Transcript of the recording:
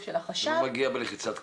של החשב --- זה לא מגיע בלחיצת כפתור.